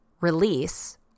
release